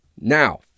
Now